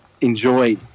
enjoy